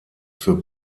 für